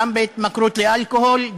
גם בהתמכרות לאלכוהול,